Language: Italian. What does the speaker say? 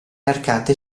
arcate